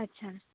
अच्छा